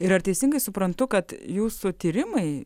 ir ar teisingai suprantu kad jūsų tyrimai